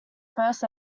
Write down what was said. first